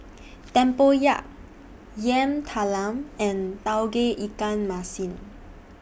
Tempoyak Yam Talam and Tauge Ikan Masin